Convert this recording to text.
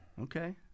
Okay